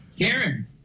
Karen